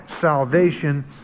salvation